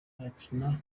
akagira